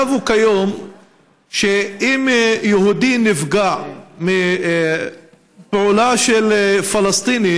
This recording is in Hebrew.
כיום המצב הוא שאם יהודי נפגע מפעולה של פלסטיני